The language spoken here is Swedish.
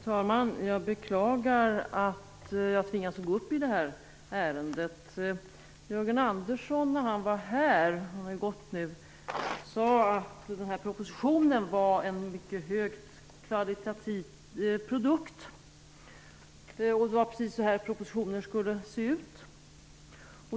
Fru talman! Jag beklagar att jag tvingas gå upp i det här ärendet. Jörgen Andersson sade när han var här - han har gått nu - att den här propositionen var en mycket högkvalitativ produkt och att det var precis så här propositioner skulle se ut.